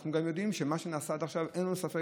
אנחנו גם יודעים שמה שנעשה עד עכשיו אין לנו ספק,